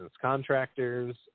contractors